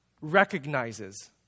recognizes